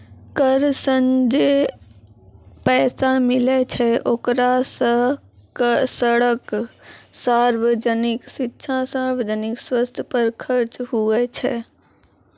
कर सं जे पैसा मिलै छै ओकरा सं सड़क, सार्वजनिक शिक्षा, सार्वजनिक सवस्थ पर खर्च हुवै छै